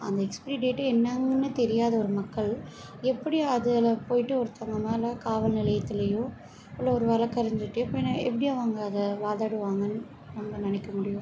அந்த எக்ஸ்பிரி டேட்டே என்னென்று தெரியாத ஒரு மக்கள் எப்படி அதில் போய்விட்டு ஒருத்தவங்க மேலே காவல்நிலையத்துலேயோ இல்லை ஒரு வழக்கறிஞர்டையோ போய் நான் எப்படி அவங்க அதை வாதாடுவாங்கனு நம்ம நினைக்க முடியும்